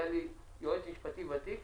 היה לי יועץ משפטי ותיק